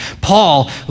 Paul